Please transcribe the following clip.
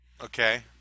Okay